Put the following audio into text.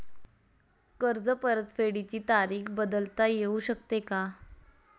कर्ज परतफेडीची तारीख बदलता येऊ शकते का?